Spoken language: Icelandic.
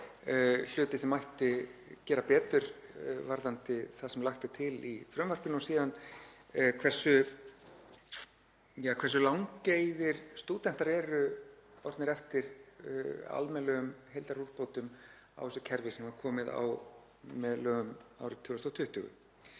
hluti sem mætti gera betur varðandi það sem lagt er til í frumvarpinu og síðan hversu langeygir stúdentar eru orðnir eftir almennilegum heildarúrbótum á þessu kerfi sem var komið á með lögum árið 2020.